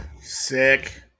sick